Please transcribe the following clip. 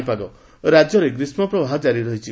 ପାଣିପାଗ ରାକ୍ୟରେ ଗ୍ରୀଷ୍କପ୍ରବାହ ଜାରି ରହିଛି